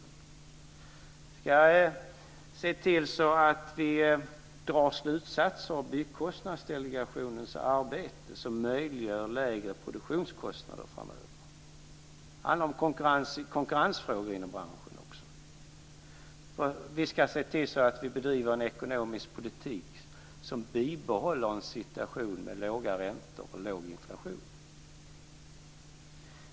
Vi ska se till att vi drar slutsatser av Byggkostnadsdelegationens arbete som möjliggör lägre produktionskostnader framöver. Det handlar också om konkurrensfrågor inom branschen. Vi ska se till att vi bedriver en ekonomisk politik som bibehåller en situation med låga räntor och låg inflation.